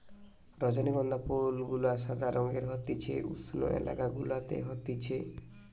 রজনীগন্ধা ফুল গুলা সাদা রঙের হতিছে উষ্ণ এলাকা গুলাতে হতিছে